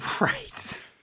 Right